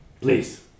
please